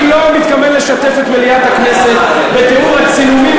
אני לא מתכוון לשתף את מליאת הכנסת בתיאור הצילומים